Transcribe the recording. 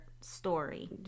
story